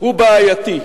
הוא בעייתי.